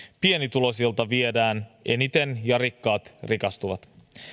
pienituloisilta viedään eniten ja rikkaat rikastuvat